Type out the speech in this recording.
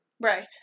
Right